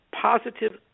positive